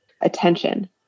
attention